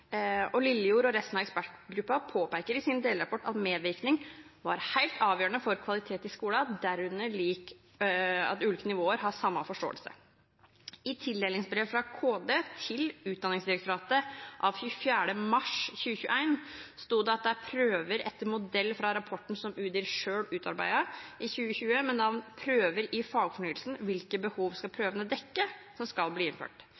sin delrapport at medvirkning er helt avgjørende for kvalitet i skolen, derunder at ulike nivåer har samme forståelse. I tildelingsbrevet fra Kunnskapsdepartementet til Utdanningsdirektoratet av 24. mars 2021 sto det at det er prøver etter modell fra rapporten som Utdanningsdirektoratet selv utarbeidet i 2020, ved navn «Prøver i fagfornyelsen – hvilke behov skal prøvene dekke?», som skal bli innført.